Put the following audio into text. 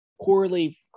Poorly